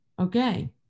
Okay